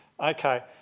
Okay